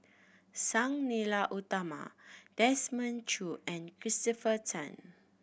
Sang Nila Utama Desmond Choo and Christopher Tan